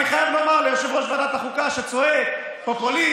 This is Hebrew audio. אני חייב לומר ליושב-ראש ועדת החוקה שצועק "פופוליסט",